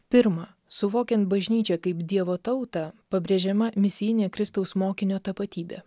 pirma suvokiant bažnyčią kaip dievo tautą pabrėžiama misijinė kristaus mokinio tapatybę